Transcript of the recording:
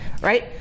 right